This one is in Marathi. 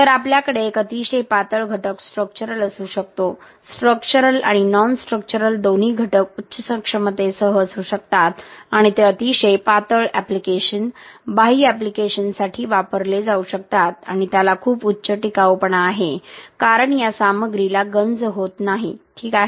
तर आपल्याकडे एक अतिशय पातळ घटक स्ट्रक्चरल असू शकतो स्ट्रक्चरल आणि नॉन स्ट्रक्चरल दोन्ही घटक उच्च क्षमतेसह असू शकतात आणि ते अतिशय पातळ ऍप्लिकेशन बाह्य ऍप्लिकेशन्ससाठी वापरले जाऊ शकतात आणि त्याला खूप उच्च टिकाऊपणा आहे कारण या सामग्रीला गंज होत नाही ठीक आहे